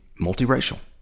multiracial